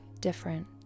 different